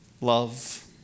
love